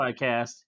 podcast